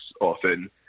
often